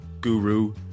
guru